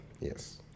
yes